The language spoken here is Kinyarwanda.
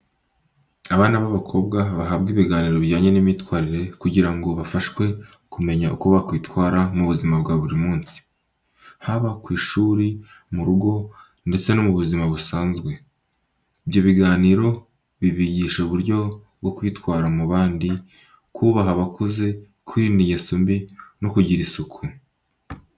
Abana b'abakobwa bahabwa ibiganiro bijyanye n'imyitwarire kugira ngo bafashwe kumenya uko bakwitwara mu buzima bwa buri munsi, haba ku ishuri, mu rugo ndetse no mu buzima busanzwe. Ibyo biganiro bibigisha uburyo bwo kwitwara mu bandi, kubaha abakuze, kwirinda ingeso mbi no kugira isuku.